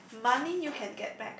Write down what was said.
money you can get back